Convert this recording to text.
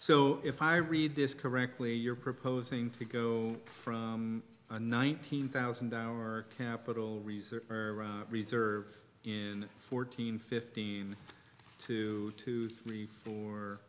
so if i read this correctly you're proposing to go from nineteen thousand our capital reserve reserves in fourteen fifteen to two three four